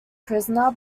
prisoner